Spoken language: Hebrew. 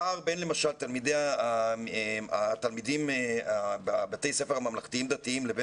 הפער בין למשל התלמידים בבתי הספר הממלכתיים דתיים לבין